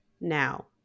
now